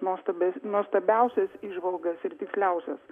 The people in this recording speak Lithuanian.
nuostabias nuostabiausias įžvalgas ir tiksliausias